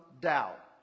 doubt